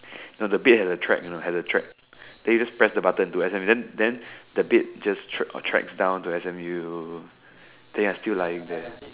no the bed has a track you know has a track then you just press the button to exam then then the bed just track tracks down to S_M_U then you are still lying there